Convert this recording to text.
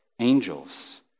angels